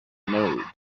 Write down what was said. mode